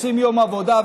עושים יום עבודה,